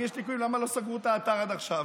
יש ליקויים, למה לא סגרו את האתר עד עכשיו?